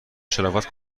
شرافت